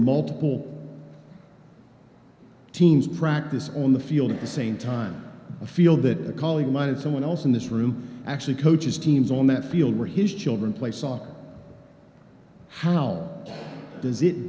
multiple teams practice on the field at the same time a field that a colleague of mine and someone else in this room actually coaches teams on that field where his children play saw how does it